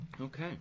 Okay